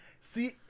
See